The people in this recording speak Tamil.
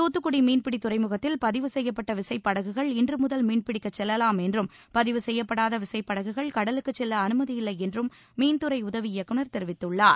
தூத்துக்குட மீன்பிடி துறைமுகத்தில் பதிவு செய்யப்பட்ட விசைப் படகுகள் இன்று முதல் மீன்பிடிக்கச் செல்லாம் என்றும் பதிவு செய்யப்படாத விசைப்படகுகள் கடலுக்குச் செல்ல அனுமதியில்லை என்றும் மீன்துறை உதவி இயக்குநர் தெரிவித்துள்ளார்